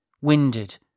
winded